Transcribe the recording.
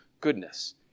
goodness